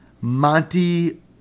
Monty